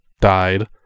died